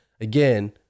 again